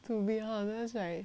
to be honest right